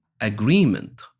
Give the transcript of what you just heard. agreement